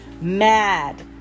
mad